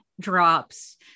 drops